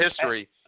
history